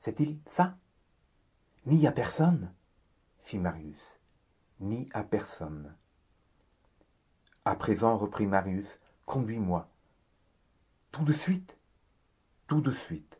c'est-il ça ni à personne fit marius ni à personne à présent reprit marius conduis-moi tout de suite tout de suite